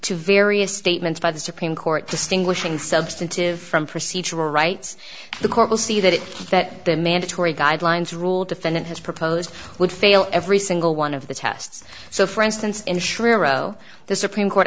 to various statements by the supreme court distinguishing substantive from procedural rights the court will see that that the mandatory guidelines rule defendant has proposed would fail every single one of the tests so for instance ensure oh the supreme court